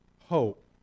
hope